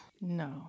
No